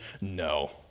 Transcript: No